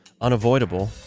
Unavoidable